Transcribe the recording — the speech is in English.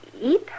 eat